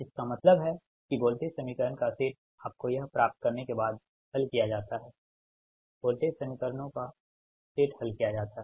इसका मतलब है कि वोल्टेज समीकरण का सेट आपको यह प्राप्त करने के बाद हल किया जाता है वोल्टेज समीकरणों का सेट हल किया जाता है